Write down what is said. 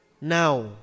now